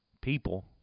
people